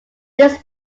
this